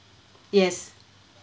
yes